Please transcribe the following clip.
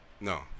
No